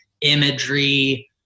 imagery